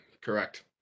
correct